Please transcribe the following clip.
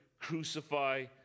crucify